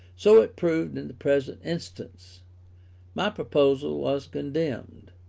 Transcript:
so it proved in the present instance my proposal was condemned,